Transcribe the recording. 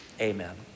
Amen